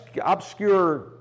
obscure